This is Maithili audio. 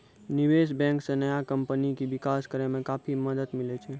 निबेश बेंक से नया कमपनी के बिकास करेय मे काफी मदद मिले छै